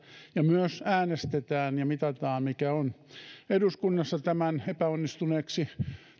ja myös äänestetään ja mitataan mikä on eduskunnassa tämän epäonnistuneeksi